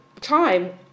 time